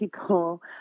people